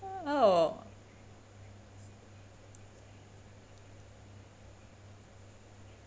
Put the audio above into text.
oh